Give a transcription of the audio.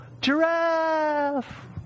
Giraffe